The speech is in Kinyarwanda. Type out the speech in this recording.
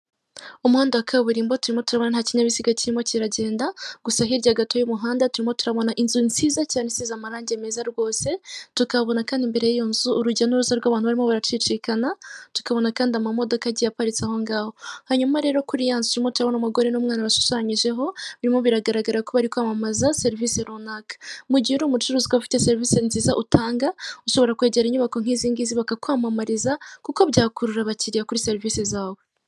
Umuhanda wa kaburimbo turimo turabona nta kinyabiziga kirimo kiragenda, gusa hirya gato y'umuhanda turimo turabona inzu nziza cyane isize amarange meza cyane rwose gusa tukabona kandi imbere y'iyo nzu urjya n'uruza rw'abantu barimo baracicikana, tukabona kandi amamodoka aparitse aho ngaho. Hanyuma rero kuri yanzu turimo turabona umugore n'umwana bashushanyije ho birimo biragaragara ko bari kwamamaza serivisi runaka. mugihe rero uri umucuruzi, ukaba ufite serivisi nziza utanga uba ugomba kwegera inyubako nk'izingizi bakakwamamariza kuko byakurura abakiriya kuri serivisi zawe